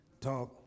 talk